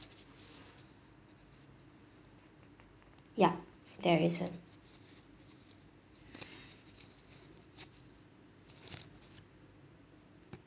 ya there isn't